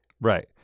Right